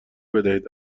بدهید